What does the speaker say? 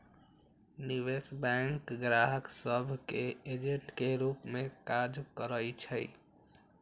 निवेश बैंक गाहक सभ के एजेंट के रूप में काज करइ छै